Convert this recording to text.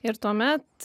ir tuomet